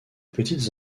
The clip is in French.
petites